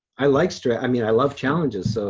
i like stress, i mean, i love challenges, so